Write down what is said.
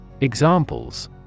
Examples